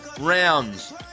rounds